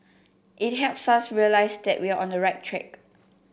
it helps us realise that we're on the right track